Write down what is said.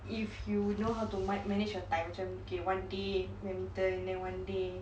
if you know how to might manage your time macam okay one day badminton then one day